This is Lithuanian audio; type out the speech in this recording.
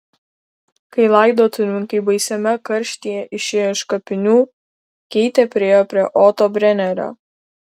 kai laidotuvininkai baisiame karštyje išėjo iš kapinių keitė priėjo prie oto brenerio